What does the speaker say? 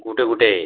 ଗୁଟେ ଗୁଟେ